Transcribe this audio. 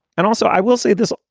and also, i will say this.